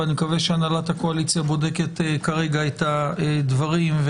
ואני מקווה שהנהלת הקואליציה בודקת כרגע את הדברים,